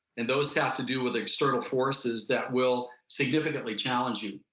and those have to do with external forces that will significantly challenge you.